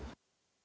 Hvala.